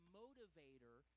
motivator